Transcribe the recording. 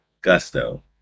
gusto